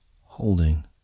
holding